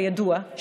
שכידוע,